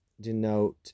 denote